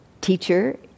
teacher